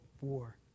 war